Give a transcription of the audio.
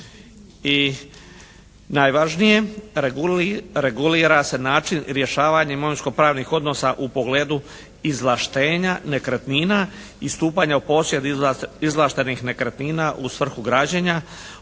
i najvažnije, regulira se način rješavanje imovinskopravnih odnosa u pogledu izvlaštenja nekretnina i stupanja u posjed izvlaštenih nekretnina u svrhu građenja,